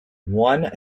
one